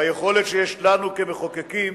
ביכולת שיש לנו כמחוקקים